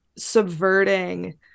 subverting